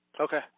Okay